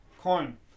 coin